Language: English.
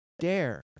dare